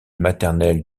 maternelle